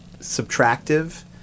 subtractive